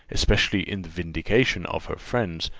especially in the vindication of her friends,